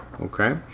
Okay